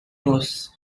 nose